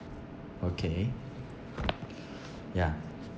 okay yeah